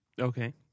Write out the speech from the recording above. Okay